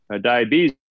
diabetes